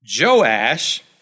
Joash